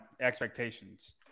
expectations